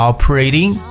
Operating